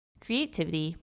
creativity